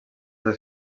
les